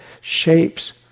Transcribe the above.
shapes